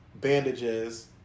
bandages